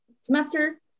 semester